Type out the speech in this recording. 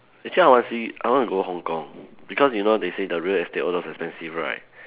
actually I want to see I want to go Hong-Kong because you know they say the real estate all those expensive right